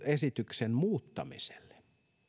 esityksen muuttamiselle